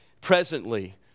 presently